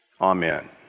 amen